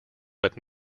but